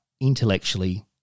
intellectually